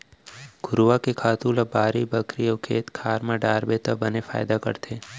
घुरूवा के खातू ल बाड़ी बखरी अउ खेत खार म डारबे त बने फायदा करथे